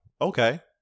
okay